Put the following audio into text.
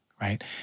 right